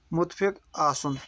مُتفِِق آسُن